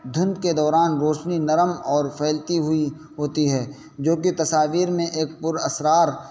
دھند کے دوران روشنی نرم اور پھیلتی ہوئی ہوتی ہے جوکہ تصاویر میں ایک پر اسرار